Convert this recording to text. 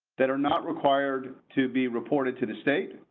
that are not required to be reported to the state.